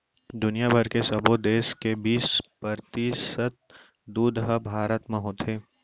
दुनिया भर के सबो देस के बीस परतिसत दूद ह भारत म होथे